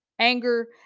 anger